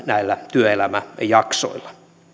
työelämäjaksoilla